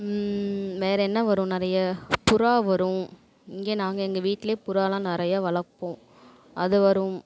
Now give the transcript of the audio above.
வேறு என்ன வரும் நிறைய புறா வரும் இங்கே நாங்கள் எங்கள் வீட்லேயே புறாலாம் நிறைய வளர்ப்போம் அது வரும்